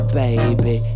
baby